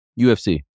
UFC